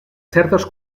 certes